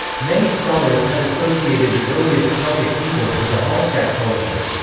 many scholars have associated the earliest celtic peoples with the hallstatt culture.